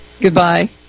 Goodbye